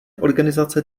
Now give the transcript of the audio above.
organizace